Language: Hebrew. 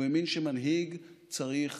הוא האמין שמנהיג צריך